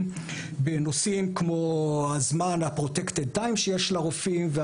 בנושאים כמו ה- protected timeשיש לרופאים,